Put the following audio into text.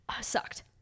sucked